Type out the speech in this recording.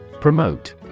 Promote